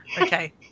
Okay